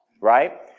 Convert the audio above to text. right